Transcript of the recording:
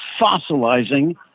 fossilizing